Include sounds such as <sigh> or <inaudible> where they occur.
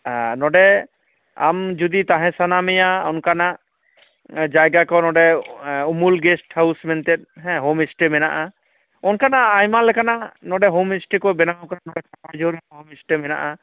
ᱱᱚᱰᱮ ᱟᱢ ᱡᱩᱫᱤ ᱛᱟᱦᱮᱸ ᱥᱟᱱᱟ ᱢᱮᱭᱟ ᱚᱱᱠᱟᱱᱟᱜ ᱡᱟᱭᱜᱟ ᱠᱚ ᱱᱚᱰᱮ ᱩᱢᱩᱞ ᱜᱮᱥᱴ ᱦᱟᱣᱩᱥ ᱢᱮᱱᱛᱮᱫ ᱦᱮᱸ ᱦᱳᱢᱥᱴᱮ ᱢᱮᱱᱟᱜᱼᱟ ᱚᱱᱠᱟᱱᱟᱜ ᱟᱭᱢᱟ ᱞᱮᱠᱟᱱᱟᱜ ᱱᱚᱰᱮ ᱦᱳᱢᱥᱴᱮ ᱠᱚ ᱵᱮᱱᱟᱣ <unintelligible> ᱱᱚᱰᱮ <unintelligible> ᱦᱳᱢᱥᱴᱮ ᱢᱮᱱᱟᱜᱼᱟ